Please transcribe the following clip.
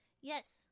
Yes